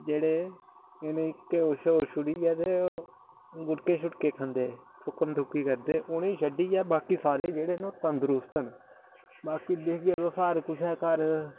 जेह्ड़े इटनेंगी घ्यो श्यो छूड़ियै ते ओह् घुटके छुटके खंदे थुक्कन थुक्की करदे उनेंगी छड्डियै बाकी सारे जेह्ड़े तन्दरुस्त न बाकी दिक्खगे तुस हर कुसै घर